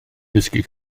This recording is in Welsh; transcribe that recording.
dysgu